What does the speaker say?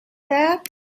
that